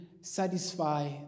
satisfy